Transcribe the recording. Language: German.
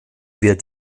wird